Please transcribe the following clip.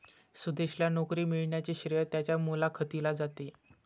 सुदेशला नोकरी मिळण्याचे श्रेय त्याच्या मुलाखतीला जाते